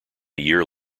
year